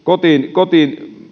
kotona